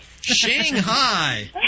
shanghai